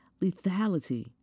lethality